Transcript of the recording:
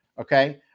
Okay